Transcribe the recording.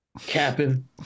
capping